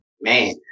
Man